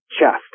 chest